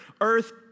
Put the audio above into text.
earth